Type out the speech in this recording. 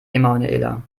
emanuela